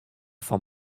fan